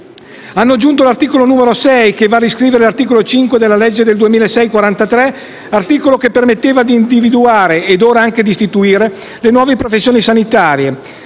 aggiunto l'articolo 6 che va a riscrivere l'articolo 5 della legge 1° febbraio 2006 n. 43, articolo che permetteva di individuare ed ora anche di istituire le nuove professioni sanitarie.